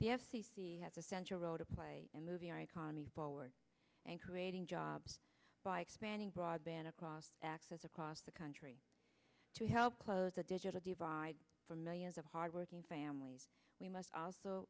the f c c has a central role to play and moving our economy forward and creating jobs by expanding broadband across access across the country to help close the digital divide for millions of hardworking families we must also